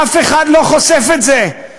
אף אחד לא חושף את זה,